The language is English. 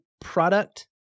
product